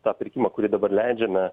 tą pirkimą kurį dabar leidžiame